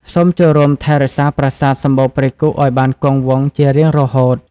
សូមចូលរួមថែរក្សាប្រាសាទសំបូរព្រៃគុកឱ្យបានគង់វង្សជារៀងរហូត។